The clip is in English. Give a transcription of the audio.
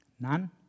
None